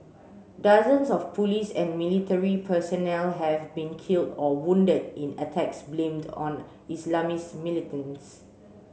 dozens of police and military personnel have been killed or wounded in attacks blamed on Islamist militants